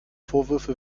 vorwürfe